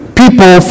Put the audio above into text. people